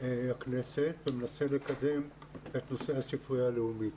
הכנסת ומנסה לקדם את נושא הספרייה הלאומית.